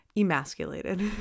Emasculated